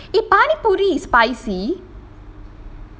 eh paani poori is spicy